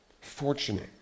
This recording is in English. fortunate